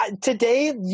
today